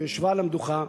וישבה על המדוכה,